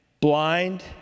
blind